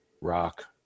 rock